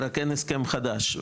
רק אין הסכם חדש.